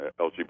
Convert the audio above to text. LGBT